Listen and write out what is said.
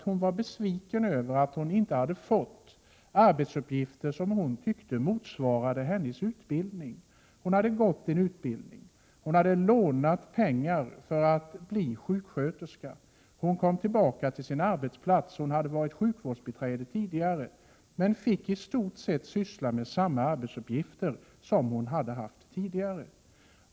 Hon var besviken över att hon inte hade fått arbetsuppgifter som hon tyckte motsvarade hennes utbildning. Hon hade tidigare varit sjukvårdsbiträde. Hon hade lånat pengar för att bli sjuksköterska och gått den utbildningen. När hon kom tillbaka till sin arbetsplats fick honistort sett samma arbetsuppgifter som hon hade haft tidigare.